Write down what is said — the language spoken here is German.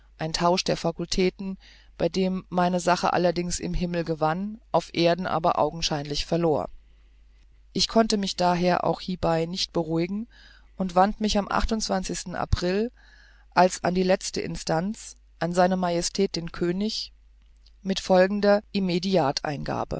ein tausch der fakultäten bei dem meine sache allerdings im himmel gewann auf erden aber augenscheinlich verlor ich konnte mich daher auch hiebei nicht beruhigen und wandte mich am sten april als an die letzte instanz an sr majestät den könig in folgender